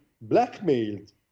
blackmailed